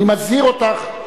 אני מזהיר אותך,